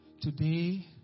Today